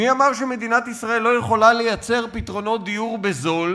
מי אמר שמדינת ישראל לא יכולה לייצר פתרונות דיור בזול?